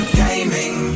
gaming